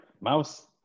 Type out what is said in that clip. mouse